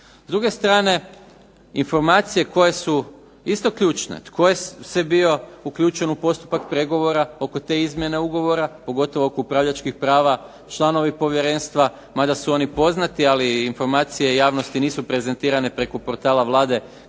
S druge strane, informacije koje su isto ključne. Tko je sve bio uključen u postupak pregovora oko te izmjene ugovora, pogotovo oko upravljačkih prava. Članovi povjerenstva, mada su oni poznati, ali informacije javnosti nisu prezentirane preko portala Vlade